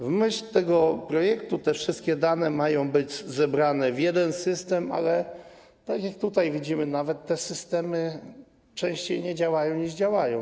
W myśl tego projektu te wszystkie dane mają być zebrane w jeden system, ale tak jak tutaj nawet widzimy, te systemy częściej nie działają, niż działają.